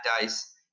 dice